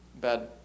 bad